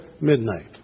midnight